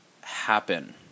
happen